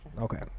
Okay